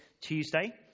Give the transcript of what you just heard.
Tuesday